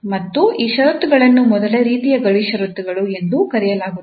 ಮತ್ತು ಈ ಷರತ್ತುಗಳನ್ನು ಮೊದಲ ರೀತಿಯ ಗಡಿ ಷರತ್ತುಗಳು ಎಂದೂ ಕರೆಯಲಾಗುತ್ತದೆ